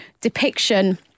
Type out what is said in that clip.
depiction